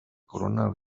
corona